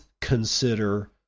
consider